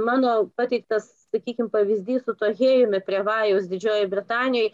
mano pateiktas sakykim pavyzdys su tuo hėjumi prie vajaus didžiojoje britanijoje